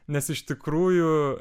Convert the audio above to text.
nes iš tikrųjų